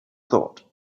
thought